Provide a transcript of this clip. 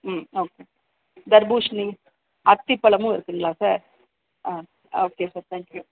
ம் ஓகே தர்பூசணி அத்திப்பழமும் இருக்குங்ளாங்க சார் ஆ ஓகே சார் தேங்க் யூ